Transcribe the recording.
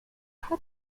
had